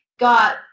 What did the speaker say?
got